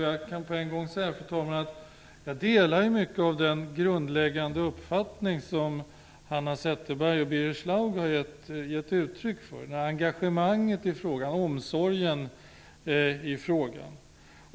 Jag delar mycket av den grundläggande uppfattning som Hanna Zetterberg och Birger Schlaug har gett uttryck för, och deras engagemang i och omsorg om frågan.